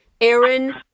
Aaron